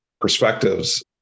perspectives